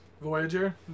Voyager